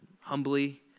humbly